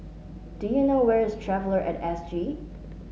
do you know where is Traveller at S G